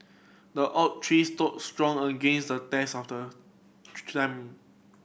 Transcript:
the oak tree stood strong against the test of the